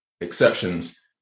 exceptions